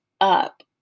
up